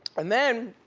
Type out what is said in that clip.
and then.